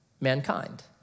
mankind